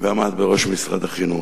ועמד בראש משרד החינוך.